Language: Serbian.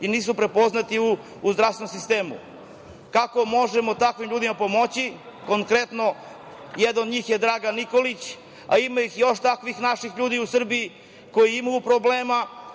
Nisu prepoznati u zdravstvenom sistemu. Kako možemo takvim ljudima pomoći? Konkretno jedan od njih je Dragan Nikolić, a ima ih još takvih ljudi u Srbiji koji imaju problema.